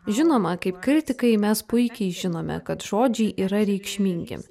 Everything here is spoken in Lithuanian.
žinoma kaip kritikai mes puikiai žinome kad žodžiai yra reikšmingi